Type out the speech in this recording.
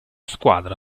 squadra